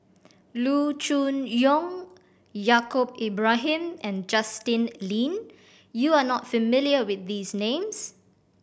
Loo Choon Yong Yaacob Ibrahim and Justin Lean you are not familiar with these names